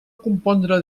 compondre